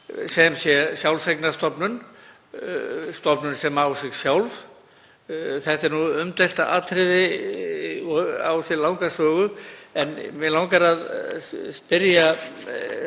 sem er sjálfseignarstofnun, stofnun sem á sig sjálf. Þetta er umdeilt atriði og á sér langa sögu. Mig langar að spyrja